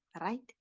right